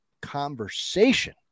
conversation